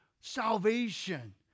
salvation